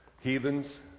heathens